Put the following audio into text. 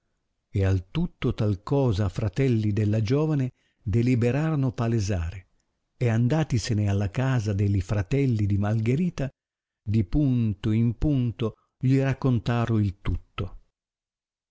e al tutto tal cosa a fratelli della giovane deliberarono palesare e andatisene alla casa delli fratelli di malgherita di punto in punto gli raccontaro il tutto